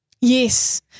Yes